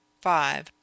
five